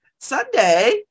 Sunday